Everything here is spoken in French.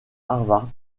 harvard